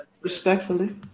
respectfully